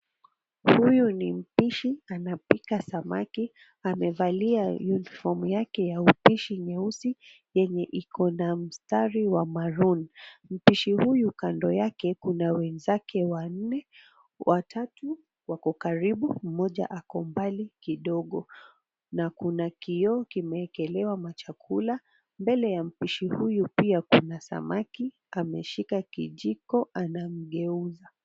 Huyu ni mpishi, anapika samaki. Amevalia uniform yake ya upishi nyeusi yenye iko na mstari wa maroon . Mpishi huyu kando yake kuna wenzake wanne. Watatu wako karibu, mmoja ako mbali kidogo na kuna kioo kimeekelewa machakula. Mbele ya mpishi huyu pia kuna samaki ameshika kijiko anamgeuza.